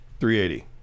380